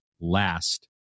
last